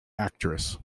actress